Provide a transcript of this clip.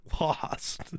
lost